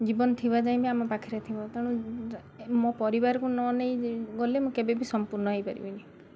ଜୀବନ ଥିବା ଯାଏଁ ବି ଆମ ପାଖରେ ଥିବ ତେଣୁ ମୋ ପରିବାରକୁ ନନେଇ ଗଲେ ମୁଁ କେବେ ବି ସମ୍ପୂର୍ଣ୍ଣ ହେଇପାରିବିନି